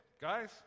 guys